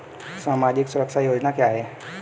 सामाजिक सुरक्षा योजना क्या है?